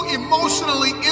emotionally